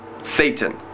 Satan